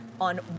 on